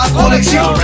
collection